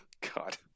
God